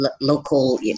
local